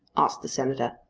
asked the senator.